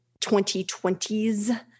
2020s